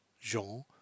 Jean